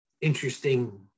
Interesting